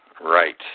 right